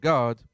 God